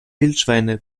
wildschweine